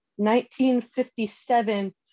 1957